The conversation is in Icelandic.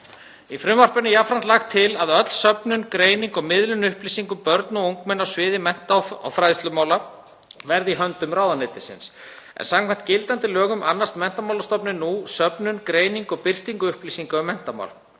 Í frumvarpinu er jafnframt lagt til að öll söfnun, greining og miðlun upplýsinga um börn og ungmenni á sviði mennta- og fræðslumála verði í höndum ráðuneytisins, en samkvæmt gildandi lögum annast Menntamálastofnun nú söfnun, greiningu og birtingu upplýsinga um menntamál.